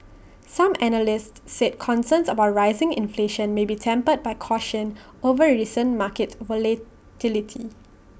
some analysts said concerns about rising inflation may be tempered by caution over recent market volatility